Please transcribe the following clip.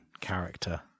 character